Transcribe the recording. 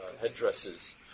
headdresses